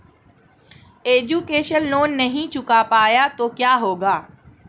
Education loan नहीं चुका पाए तो क्या होगा?